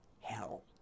Hell